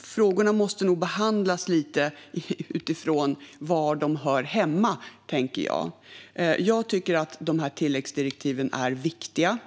Frågorna måste nog alltså behandlas utifrån var de hör hemma, tänker jag. Jag tycker att tilläggsdirektiven är viktiga.